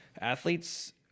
athletes